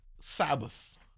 Sabbath